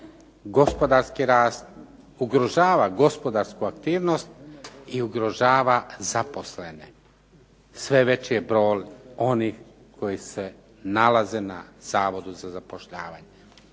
gospodarski rast, ugrožava gospodarsku aktivnost i ugrožava zaposlene. Sve već je broj onih koji se nalaze na Zavodu za zapošljavanje.